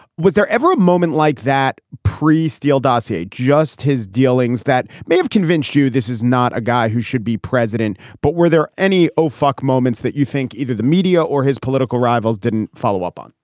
was there ever a moment like that pre steele dossier, just his dealings that may have convinced you this is not a guy who should be president, but were there any oh, fuck moments that you think either the media or his political rivals didn't follow up on?